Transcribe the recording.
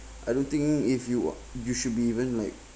I don't think if you wa~ you should be even like